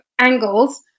angles